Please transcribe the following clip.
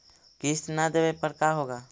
किस्त न देबे पर का होगा?